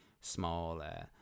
small